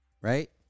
Right